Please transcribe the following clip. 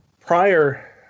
prior